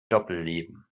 doppelleben